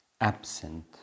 absent